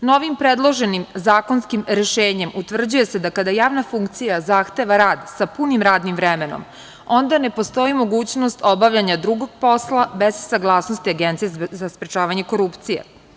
Novim predloženim zakonskim rešenjem utvrđuje se da kada javna funkcija zahteva rad sa punim radnim vremenom, onda ne postoji mogućnost obavljanja drugog posla bez saglasnosti Agencije za sprečavanje korupcije.